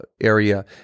area